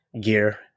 gear